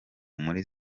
muri